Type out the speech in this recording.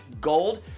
gold